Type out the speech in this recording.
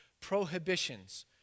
Prohibitions